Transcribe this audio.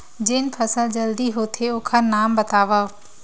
जेन फसल जल्दी होथे ओखर नाम बतावव?